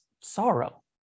sorrow